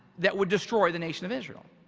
that would destroy the nation of israel.